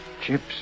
Chips